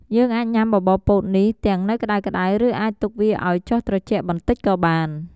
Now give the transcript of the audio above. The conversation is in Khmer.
យើងអាចញ៉ាំបបរពោតនេះទាំងនៅក្ដៅៗ ឬអាចទុកវាឱ្យចុះត្រជាក់បន្តិចក៏បាន។